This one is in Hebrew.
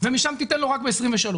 ומשם תיתן לו רק ב-23',